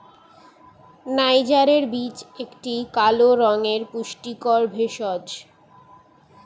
নাইজারের বীজ একটি কালো রঙের পুষ্টিকর ভেষজ